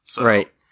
Right